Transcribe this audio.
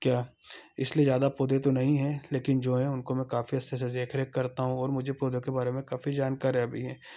क्या इसलिए ज्यादा पौधे तो नहीं हैं लेकिन जो हैं उनको मैं काफी अच्छे से देखरेख करता हूँ और मुझे पौधों के बारे में काफी जानकारियाँ भी हैं